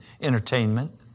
entertainment